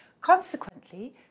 Consequently